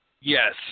Yes